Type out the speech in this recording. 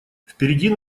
впереди